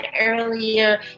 earlier